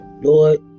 Lord